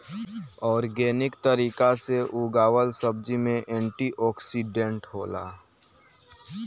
organic तरीका से उगावल सब्जी में एंटी ओक्सिडेंट होला